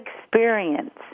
experience